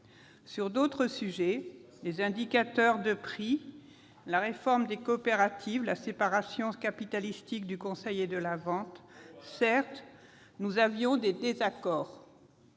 Sur d'autres sujets- les indicateurs de prix, la réforme des coopératives, la séparation capitalistique du conseil et de la vente concernant les produits